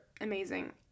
amazing